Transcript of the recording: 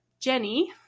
Jenny